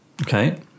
Okay